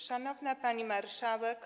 Szanowna Pani Marszałek!